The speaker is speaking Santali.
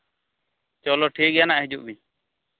ᱪᱚᱞᱚ ᱴᱷᱤᱠ ᱜᱮᱭᱟ ᱦᱟᱸᱜ ᱦᱤᱡᱩᱜ ᱵᱤᱱ